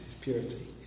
purity